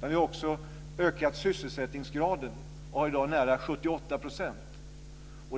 Vi har också ökat sysselsättningsgraden som i dag är nära 78 %.